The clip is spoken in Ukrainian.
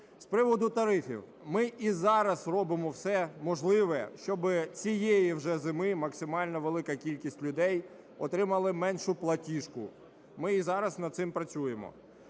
З приводу тарифів. Ми і зараз робимо все можливе, щоби цієї вже зими максимально велика кількість людей отримали меншу платіжку. Ми і зараз над цим працюємо.